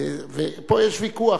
ופה יש ויכוח.